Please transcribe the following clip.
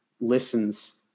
listens